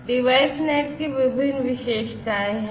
DeviceNet की विभिन्न विशेषताएं हैं